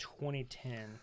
2010